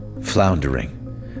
floundering